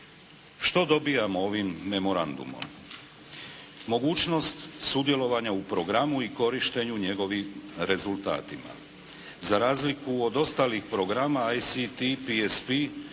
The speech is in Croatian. Što dobijamo ovim memorandumom? Mogućnost sudjelovanja u programu i korištenju njegovim rezultatima. Za razliku od ostalih programa ICT PSP